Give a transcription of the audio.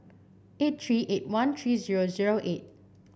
eight three eight one three zero zero eight